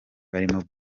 barimo